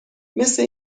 مثه